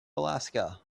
alaska